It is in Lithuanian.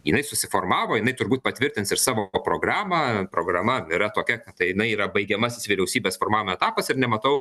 jinai susiformavo jinai turbūt patvirtins ir savo programą programa yra tokia kad jinai yra baigiamasis vyriausybės formavimo etapas ir nematau